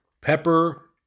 pepper